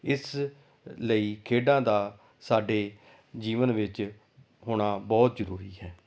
ਇਸ ਲਈ ਖੇਡਾਂ ਦਾ ਸਾਡੇ ਜੀਵਨ ਵਿੱਚ ਹੋਣਾ ਬਹੁਤ ਜ਼ਰੂਰੀ ਹੈ